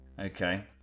Okay